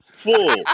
Full